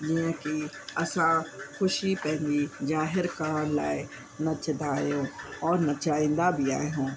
जीअं कि असां ख़ुशी पंहिंजी ज़ाहिर करण लाइ नचंदा आहियूं और नचाईंदा बि आहियूं